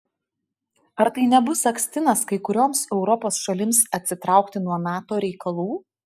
ar tai nebus akstinas kai kurioms europos šalims atsitraukti nuo nato reikalų